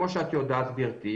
כמו שאת יודעת גברתי,